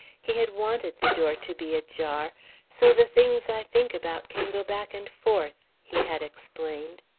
he had wanted the door to be ajar so the things i think about can go back and forth, he had explained.